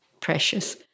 precious